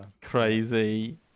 crazy